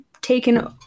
taken